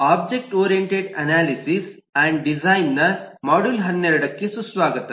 object oriented analysis and ಡಿಸೈನ್ನ module 12ಗೆ ಸುಸ್ವಾಗತ